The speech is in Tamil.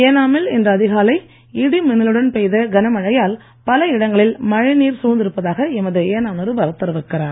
ஏனா மில் இன்று அதிகாலை இடி மின்னலுடன் பெய்த கன மழையால் பல இடங்களில் மழை நீர் சூழ்ந்திருப்பதாக எமது ஏனாம் நிருபர் தெரிவிக்கிறார்